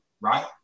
right